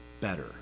better